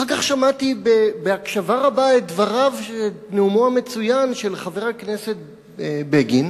אחר כך שמעתי בהקשבה רבה את נאומו המצוין של חבר הכנסת בגין.